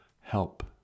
Help